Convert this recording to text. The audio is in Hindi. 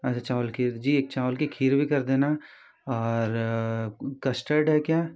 अच्छा चावल खीर जी चावल की खीर भी कर देना और कस्टर्ड है क्या